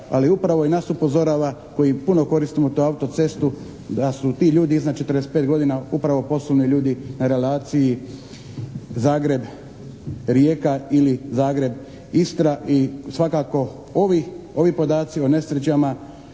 ali upravo i nas upozorava koji puno koristimo tu autocestu da su ti ljudi iznad 45 godina upravo poslovni ljudi na relaciji Zagreb-Rijeka ili Zagreb-Istra i svakako ovi podaci o nesrećama